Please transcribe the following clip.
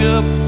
up